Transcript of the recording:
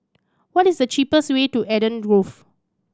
what is the cheapest way to Eden Grove